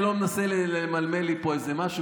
לפחות הוא מתבייש ולא מנסה למלמל לי פה איזה משהו,